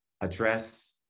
Address